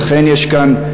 ולכן יש כאן,